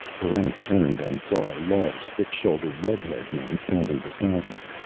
barrent turned and saw a large, thick-shouldered red-haired man standing beside him.